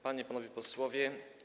Panie i Panowie Posłowie!